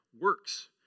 works